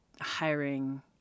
hiring